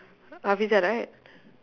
hafeezah right